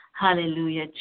Hallelujah